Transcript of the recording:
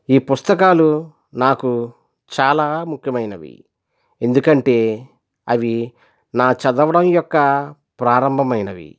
ఈ పుస్తకాలు నాకు చాలా ముఖ్యమైనవి ఎందుకంటే అవి నా చదవడం యొక్క ప్రారంభమైనవి